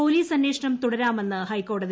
police അന്വേഷണ് തുടരാമെന്ന് ഹൈക്കോടതി